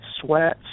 sweats